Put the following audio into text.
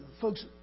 Folks